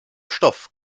stoff